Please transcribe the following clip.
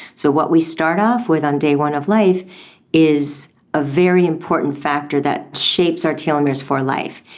so what we start off with on day one of life is a very important factor that shapes our telomeres for life.